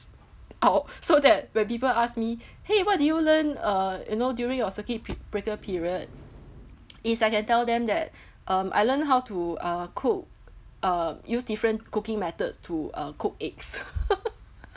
or so that when people ask me !hey! what did you learn uh you know during your circuit pe~ breaker period is I can tell them that um I learned how to uh cook uh use different cooking methods to uh cook eggs